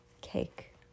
cake